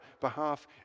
behalf